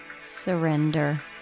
surrender